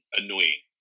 annoying